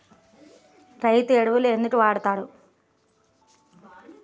రైతు ఎరువులు ఎందుకు వాడుతున్నారు?